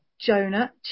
Jonah